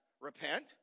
Repent